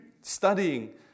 studying